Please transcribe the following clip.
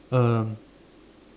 um